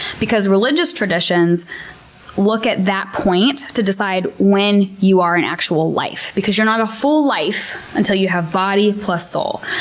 because religious traditions look at that point to decide when you are an actual life. because you're not a full life until you have a body plus soul.